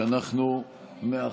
שאנחנו מאחלים,